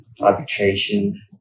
Arbitration